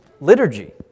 liturgy